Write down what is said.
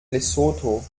lesotho